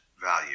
value